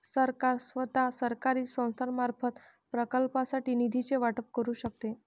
सरकार स्वतः, सरकारी संस्थांमार्फत, प्रकल्पांसाठी निधीचे वाटप करू शकते